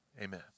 Amen